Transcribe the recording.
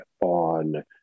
on